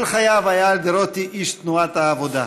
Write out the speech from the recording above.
כל חייו היה אלדרוטי איש תנועת העבודה.